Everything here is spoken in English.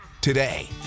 today